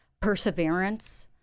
perseverance